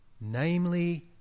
namely